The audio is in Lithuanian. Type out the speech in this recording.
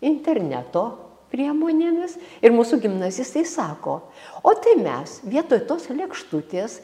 interneto priemonėmis ir mūsų gimnazistai sako o tai mes vietoj tos lėkštutės